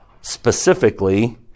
Specifically